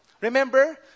Remember